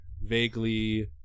vaguely